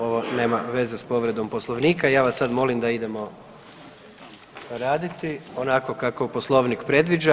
Ovo nema veze sa povredom Poslovnika i ja vas sad molim da idemo raditi onako kako Poslovnik predviđa.